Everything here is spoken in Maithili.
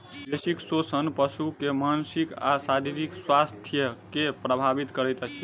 बेसी शोषण पशु के मानसिक आ शारीरिक स्वास्थ्य के प्रभावित करैत अछि